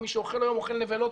ומי שאוכל היום, אוכל נבלות,